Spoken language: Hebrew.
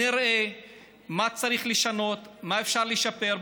נראה מה צריך לשנות, מה אפשר לשפר.